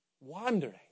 wandering